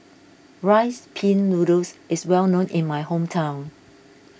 Rice Pin Noodles is well known in my hometown